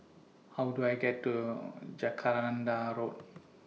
How Do I get to Jacaranda Road